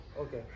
okay